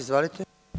Izvolite.